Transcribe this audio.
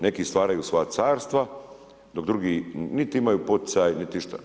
Neki stvaraju svoja carstva, dok drugi niti imaju poticaj, niti išta.